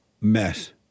mess